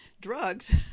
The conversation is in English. drugs